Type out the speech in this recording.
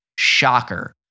shocker